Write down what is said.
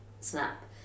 Snap